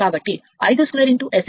04